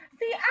See